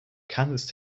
kansas